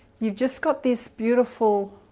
you've just got this beautiful